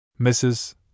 Mrs